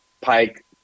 Pike